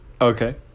Okay